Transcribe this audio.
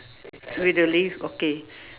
with the leaf okay